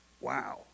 wow